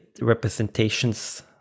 representations